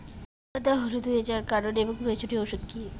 সিম পাতা হলুদ হয়ে যাওয়ার কারণ এবং প্রয়োজনীয় ওষুধ কি?